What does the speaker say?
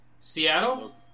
Seattle